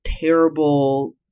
Terrible